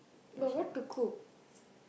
but what to cook